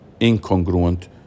incongruent